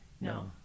No